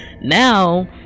now